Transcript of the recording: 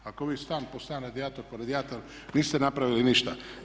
Ako vi stan po stan, radijator po radijator niste napravili ništa.